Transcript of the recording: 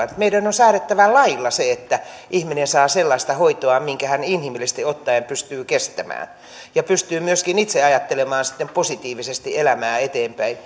että meidän on säädettävä lailla se että ihminen saa sellaista hoitoa minkä hän inhimillisesti ottaen pystyy kestämään ja pystyy myöskin itse ajattelemaan sitten positiivisesti elämää eteenpäin